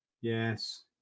Yes